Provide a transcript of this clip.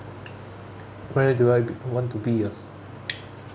where do I want to be ah